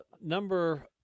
Number